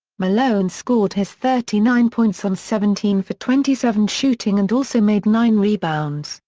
malone scored his thirty nine points on seventeen for twenty seven shooting and also made nine rebounds,